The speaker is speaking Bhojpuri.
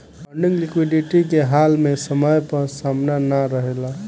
फंडिंग लिक्विडिटी के हाल में समय पर समान के ना रेहला